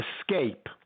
escape